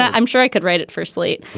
i'm sure i could write it for slate.